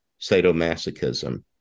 sadomasochism